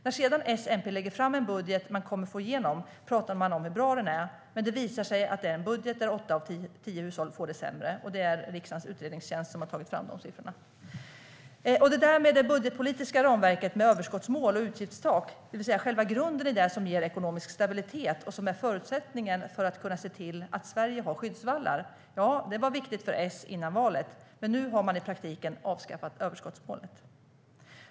När sedan S-MP lägger fram en budget som man kommer att få igenom pratar man om hur bra den är, men det visar sig att det är en budget där åtta av tio hushåll får det sämre. Det är riksdagens utredningstjänst som har tagit fram den siffran. Det budgetpolitiska ramverket med överskottsmål och utgiftstak - det vill säga själva grunden i det som ger ekonomisk stabilitet och som är förutsättningen för att man ska kunna se till att Sverige har skyddsvallar - var viktigt för S före valet, men nu har man i praktiken avskaffat överskottsmålet.